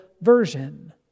version